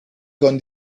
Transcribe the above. con